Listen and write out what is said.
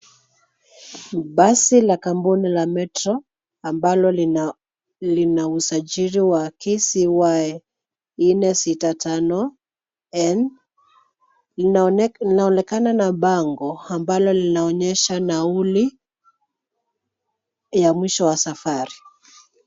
Basi la kampuni la Metro ambalo lina, lina usajili wa KCY 465N . Inaonekana na bango ambalo linaonyesha nauli ya mwisho wa safari.